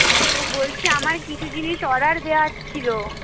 হ্যাঁ তো বলছি আমার কিছু জিনিস অর্ডার দেওয়ার ছিল